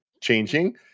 changing